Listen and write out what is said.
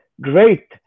great